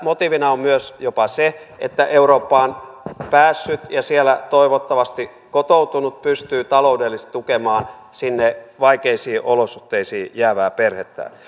motiivina on myös jopa se että eurooppaan päässyt ja siellä toivottavasti kotoutunut pystyy taloudellisesti tukemaan sinne vaikeisiin olosuhteisiin jäävää perhettä